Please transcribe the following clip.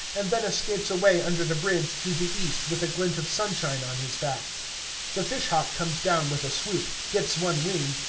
and then escapes away under the bridge to the east with a glint of sunshine on his back the fish-hawk comes down with a swoop, dips one wing,